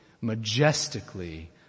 majestically